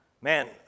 man